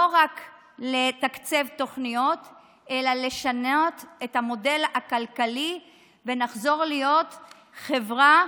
לא רק לתקצב תוכניות אלא לשנות את המודל הכלכלי ולחזור להיות חברה